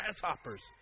grasshoppers